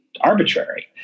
arbitrary